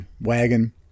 wagon